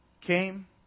came